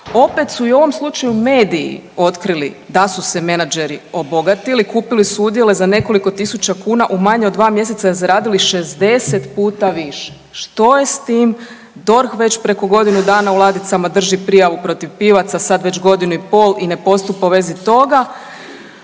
opet su i u ovom slučaju mediji otkrili da su se menadžeri obogatili, kupili su udjele za nekoliko tisuća kuna, u manje od 2 mjeseca zaradili 60 puta više. Što je s tim, DORH već preko godinu dana u ladicama drži prijavu protiv Pivaca, sad već godinu i pol i ne postupa u vezi toga,